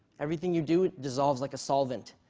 everything you do dissolves like a solvent.